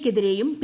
യ്ക്കെതിരെയും P